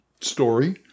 story